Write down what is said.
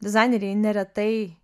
dizaineriai neretai